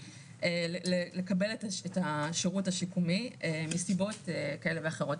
לקבל את השירות השיקומי מסיבות כאלה ואחרות.